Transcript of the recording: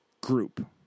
group